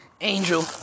Angel